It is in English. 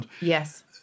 Yes